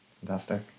Fantastic